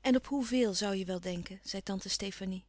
en op hoeveel zoû je wel denken zei tante stefanie